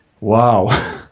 Wow